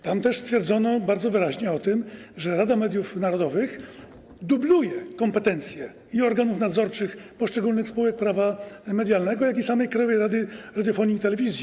Tam też stwierdzono bardzo wyraźnie, że Rada Mediów Narodowych dubluje kompetencje zarówno organów nadzorczych poszczególnych spółek prawa medialnego, jak i samej Krajowej Rady Radiofonii i Telewizji.